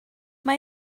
mae